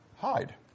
hide